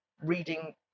reading